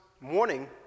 morning